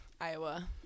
iowa